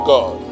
God